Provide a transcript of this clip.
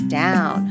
down